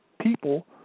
people